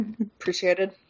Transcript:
Appreciated